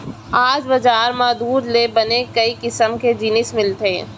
आज बजार म दूद ले बने कई किसम के जिनिस मिलथे